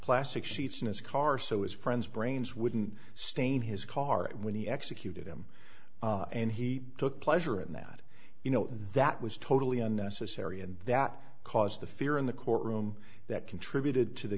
plastic sheets in his car so his friend's brains wouldn't stain his car when he executed him and he took pleasure in that you know that was totally unnecessary and that caused the fear in the courtroom that contributed to the